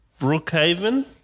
Brookhaven